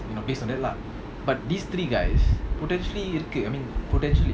you know based on taht lah but these three guys potentially இருக்கு:irukku I mean potentially